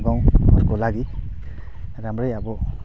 आफ्नो गाउँहरूको लागि राम्रै अब